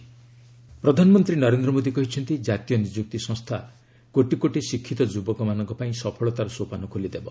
PM NRA ପ୍ରଧାନମନ୍ତ୍ରୀ ନରେନ୍ଦ୍ର ମୋଦୀ କହିଛନ୍ତି ଜାତୀୟ ନିଯୁକ୍ତି ସଂସ୍ଥା କୋଟି କୋଟି ଶିକ୍ଷିତ ଯୁବକମାନଙ୍କ ପାଇଁ ସଫଳତାର ସୋପାନ ଖୋଲିଦେବ